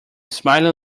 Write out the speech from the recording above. smiling